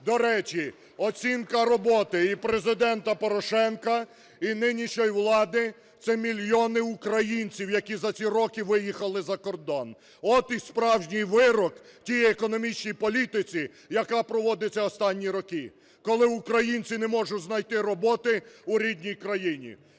До речі, оцінка роботи і Президента Порошенка, і нинішньої влади – це мільйони українців, які за ці роки виїхали за кордон. От і справжній вирок тій економічній політиці, яка проводиться останні роки, коли українці не можуть знайти роботи у рідній країні.